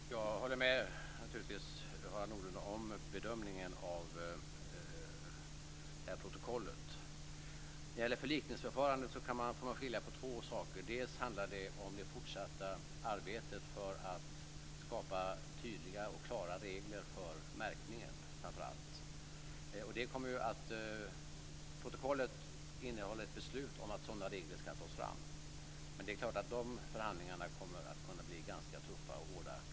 Fru talman! Jag håller naturligtvis med Harald Nordlund i hans bedömning av det här protokollet. När det gäller förlikningsförfarandet får man skilja på två saker. För det första handlar det om det fortsatta arbetet för att skapa tydliga och klara regler för framför allt märkningen. Protokollet innehåller ett beslut om att sådana regler ska tas fram, men de förhandlingarna kommer förstås också att kunna bli ganska tuffa och hårda.